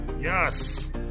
Yes